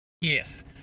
yes